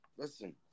Listen